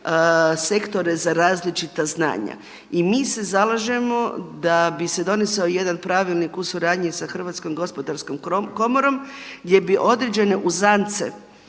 sektore za različita znanja i mi se zalažemo da bi se donio jedan pravilnik u suradnji sa Hrvatskom gospodarskom komorom gdje bi određene uzance